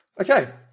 Okay